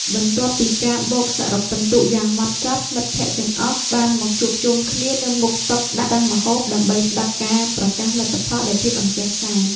បន្ទាប់ពីការបូកសរុបពិន្ទុយ៉ាងហ្មត់ចត់ មិត្តភក្តិទាំងអស់បានមកជួបជុំគ្នានៅមុខតុដាក់តាំងម្ហូប ដើម្បីស្ដាប់ការប្រកាសលទ្ធផលដោយភាពអន្ទះសារ។